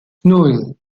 nan